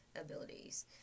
abilities